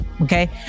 okay